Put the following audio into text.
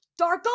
Darko